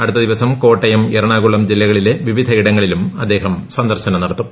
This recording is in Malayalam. അടുത്ത ദിവസം കോട്ടയം എറണാകുളം ജില്ലകളിലെ വിവിധ ഇടങ്ങളിലും അദ്ദേഹം സന്ദർശനം നടത്തും